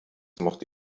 mochte